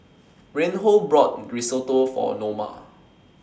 Reinhold bought Risotto For Noma